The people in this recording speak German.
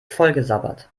vollgesabbert